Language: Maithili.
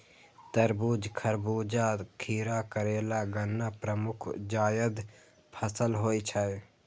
तरबूज, खरबूजा, खीरा, करेला, गन्ना प्रमुख जायद फसल होइ छै